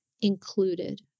included